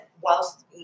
whilst